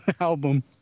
album